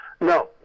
No